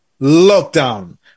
lockdown